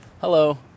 Hello